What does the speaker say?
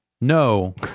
no